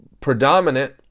predominant